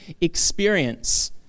experience